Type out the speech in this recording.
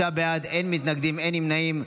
26 בעד, אין מתנגדים, אין נמנעים.